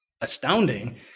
astounding